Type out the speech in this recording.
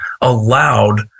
allowed